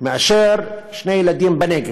מאשר לשני ילדים בנגב.